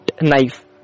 knife